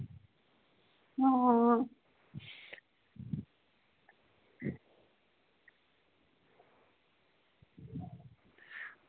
हां